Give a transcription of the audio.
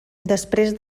després